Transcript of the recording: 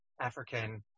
African